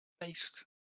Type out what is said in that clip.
based